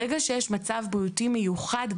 ברגע שיש מצב בריאותי מיוחד,